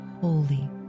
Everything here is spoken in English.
holy